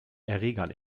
erregern